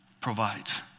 provides